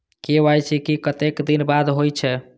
KYC कतेक दिन बाद होई छै?